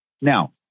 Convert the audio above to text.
Now